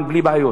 תודה רבה.